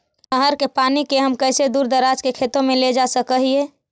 नहर के पानी के हम कैसे दुर दराज के खेतों में ले जा सक हिय?